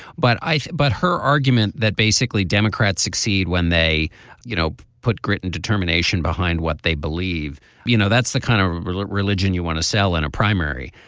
but i. but her argument that basically democrats succeed when they you know put grit and determination behind what they believe you know that's the kind of religion you want to sell in a primary.